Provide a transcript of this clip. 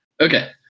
Okay